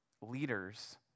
leaders